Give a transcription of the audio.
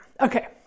Okay